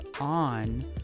on